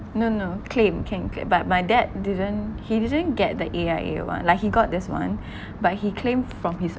no no claim can cla~ but my dad didn't he didn't get the A_I_A one like he got this one but he claim from his